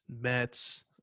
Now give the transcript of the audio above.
Mets